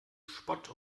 spott